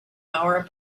power